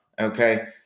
okay